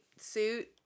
suit